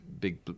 big